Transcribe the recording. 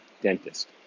dentist